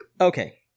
Okay